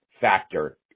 factor